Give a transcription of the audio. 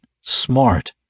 smart